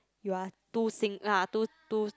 you're too sing~ ah too too